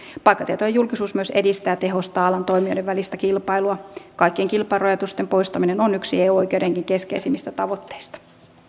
paikkatietojen julkisuus myös edistää ja tehostaa alan toimijoiden välistä kilpailua kaikkien kilpailurajoitusten poistaminen on yksi eu oikeudenkin keskeisimmistä tavoitteista